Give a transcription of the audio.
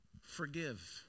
forgive